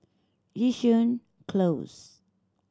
Yishun Close